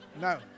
no